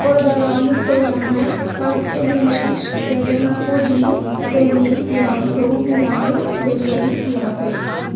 अर्डाराव मुंख'जानाय Park Avenue fragrance body spray नि बिबांखौ मोजाङै डेलिभारि खालामाखै